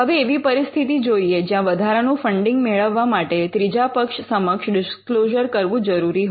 હવે એવી પરિસ્થિતિ જોઈએ જ્યાં વધારાનું ફંડિંગ મેળવવા માટે ત્રીજા પક્ષ સમક્ષ ડિસ્ક્લોઝર કરવું જરૂરી હોય